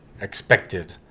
expected